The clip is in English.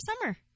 summer